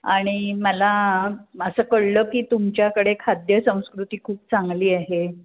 आणि मला असं कळलं की तुमच्याकडे खाद्यसंस्कृती खूप चांगली आहे